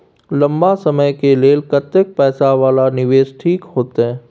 लंबा समय के लेल कतेक पैसा वाला निवेश ठीक होते?